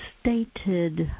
stated